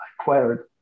acquired